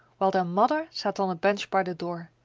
while their mother sat on a bench by the door,